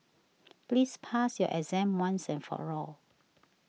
please pass your exam once and for all